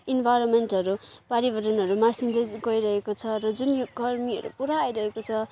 इन्भाइरोमेन्टहरू पर्यावरणहरू मासिँदै गइरहेको छ र जुन यो गर्मीहरू पुरा आइरहेको छ